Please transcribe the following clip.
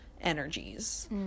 energies